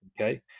Okay